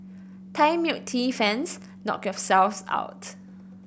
Thai milk tea fans knock yourselves out